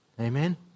Amen